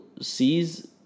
sees